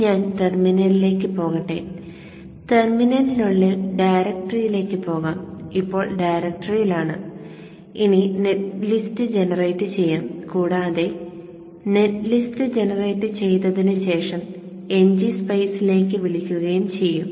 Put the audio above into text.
ഞാൻ ടെർമിനലിലേക്ക് പോകട്ടെ ടെർമിനലിനുള്ളിൽ ഡയറക്ടറിയിലേക്ക് പോകാം ഇപ്പോൾ ഡയറക്ടറിയിലാണ് ഇനി നെറ്റ് ലിസ്റ്റ് ജനറേറ്റ് ചെയ്യാം കൂടാതെ നെറ്റ് ലിസ്റ്റ് ജനറേറ്റ് ചെയ്തതിന് ശേഷം ngSpice ലേക്ക് വിളിക്കുകയും ചെയ്യും